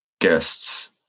guests